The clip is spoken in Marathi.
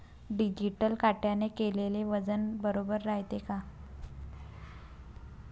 डिजिटल काट्याने केलेल वजन बरोबर रायते का?